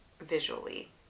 visually